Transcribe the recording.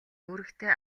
үүрэгтэй